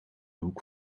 hoek